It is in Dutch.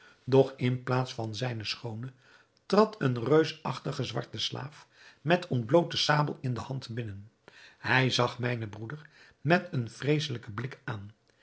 doch in plaats van zijne schoone trad een reusachtige zwarte slaaf met ontbloote sabel in de hand binnen hij zag mijnen broeder met een vreeselijken blik aan